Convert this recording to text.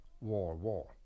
war-war